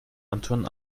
anton